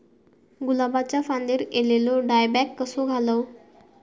गुलाबाच्या फांदिर एलेलो डायबॅक कसो घालवं?